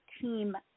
team